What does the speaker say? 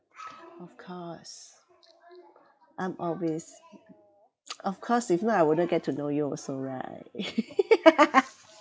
of course I'm always of course if not I wouldn't get to know you also right